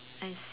I